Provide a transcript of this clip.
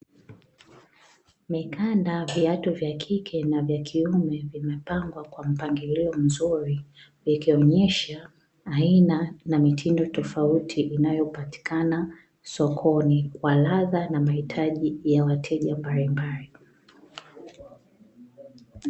Mikanda, viatu vya kike na vya kiume; vimepangwa kwa mpangilio mzuri vikionyesha aina na mitindo tofauti inayopatikana sokoni, kwa ladha na mahitaji ya wateja mbalimbali.